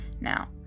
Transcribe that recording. now